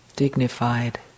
dignified